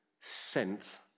sent